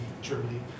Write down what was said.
Germany